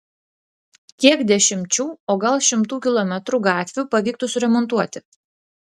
kiek dešimčių o gal šimtų kilometrų gatvių pavyktų suremontuoti